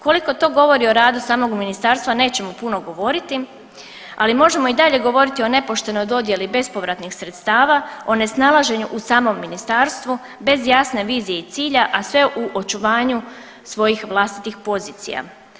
Koliko to govori o radu samog ministarstva nećemo puno govoriti, ali možemo i dalje govoriti o nepoštenoj dodjeli bespovratnih sredstava, o nesnalaženju u samom ministarstvu bez jasne vizije i cilja, a sve u očuvanju svojih vlastitih pozicija.